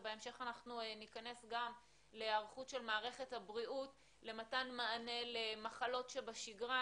ובהמשך ניכנס גם להיערכות של מערכת הבריאות למתן מענה למחלות שבשגרה.